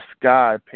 sky